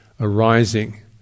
arising